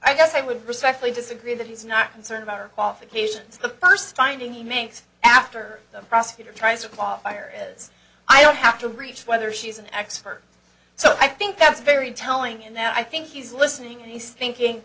i guess i would respectfully disagree that he's not concerned about her qualifications the first finding he makes after the prosecutor tries to qualify her is i don't have to reach whether she's an expert so i think that's very telling and i think he's listening and he's thinking